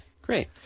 Great